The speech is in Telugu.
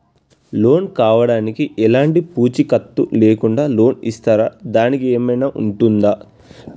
లోన్ కావడానికి ఎలాంటి పూచీకత్తు లేకుండా లోన్ ఇస్తారా దానికి ఏమైనా ఉంటుందా?